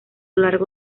largo